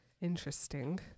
Interesting